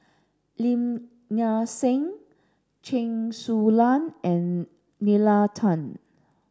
Lim Nang Seng Chen Su Lan and Nalla Tan